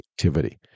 activity